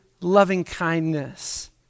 loving-kindness